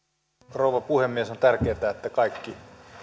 rouva puhemies on tärkeätä että kaikki